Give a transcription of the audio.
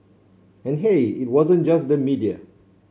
and hey it wasn't just the media